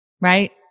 right